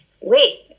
wait